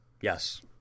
Yes